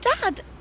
dad